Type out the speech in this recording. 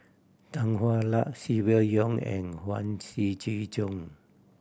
Tan Hwa Luck Silvia Yong and Huang Shiqi Joan